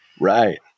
Right